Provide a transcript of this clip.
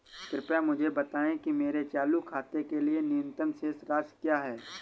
कृपया मुझे बताएं कि मेरे चालू खाते के लिए न्यूनतम शेष राशि क्या है?